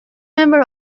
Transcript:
member